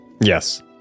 Yes